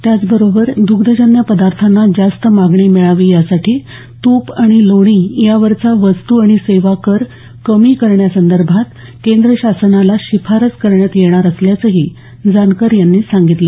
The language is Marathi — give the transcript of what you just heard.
त्याच बरोबर द्ग्धजन्य पदार्थांना जास्त मागणी मिळावी यासाठी तूप आणि लोणी यावरचा वस्तू आणि सेवा कर कमी करण्या संदर्भात केंद्र शासनाला शिफारस करण्यात येणार असल्याचंही जानकर यांनी सांगितलं